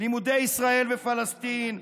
לימודי ישראל ופלסטין,